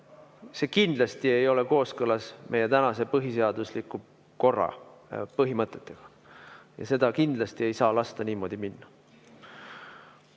See kindlasti ei ole kooskõlas meie tänase põhiseadusliku korra põhimõtetega ja sel kindlasti ei saa lasta niimoodi minna. Mart